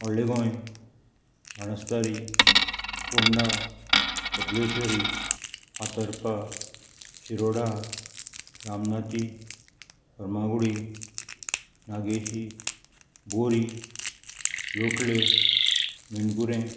व्हडलें गोंय बाणासतारी फोंडा कबलेश्री फातर्पा शिरोडा रामनाथी रमागुडी नागेशी बोरी लोटले मेणकुरें